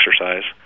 exercise